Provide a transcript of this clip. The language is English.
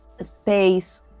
space